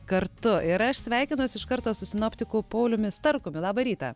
kartu ir aš sveikinuosi iš karto su sinoptiku pauliumi starkumi labą rytą